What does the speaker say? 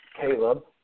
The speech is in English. Caleb